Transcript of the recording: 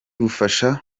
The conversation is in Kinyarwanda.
bufasha